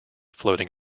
floating